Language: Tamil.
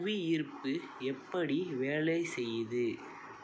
புவியீர்ப்பு எப்படி வேலை செய்யுது